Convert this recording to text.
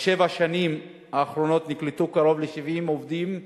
בשבע השנים האחרונות נקלטו קרוב ל-70 עובדים בעירייה,